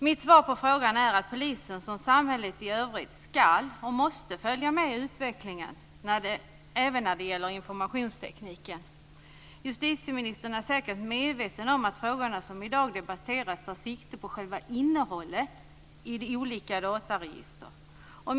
Mitt svar på frågan är att polisen liksom samhället i övrigt skall och måste följa med i utvecklingen, även när det gäller informationstekniken. Justitieministern är säkert medveten om att frågorna som i dag debatteras tar sikte på själva innehållet i de olika dataregistren.